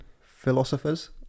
philosophers